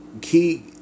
key